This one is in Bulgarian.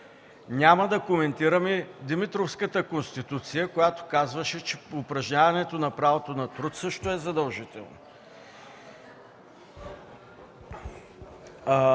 Няма да коментираме Димитровската Конституция, която казваше, че упражняването на правото на труд също е задължително.